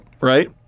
right